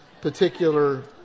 particular